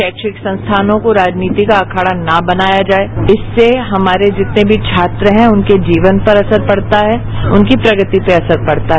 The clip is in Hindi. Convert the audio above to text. शैविक संस्थानों को राजनीति का अखाड़ा न बनाया जाये इससे हमारे जितने भी छात्र हैं उनके जीवन पर असर पड़ता है उनकी प्रगति पर असर पड़ता है